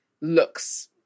looks